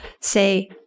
say